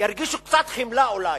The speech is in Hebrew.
ירגישו קצת חמלה אולי,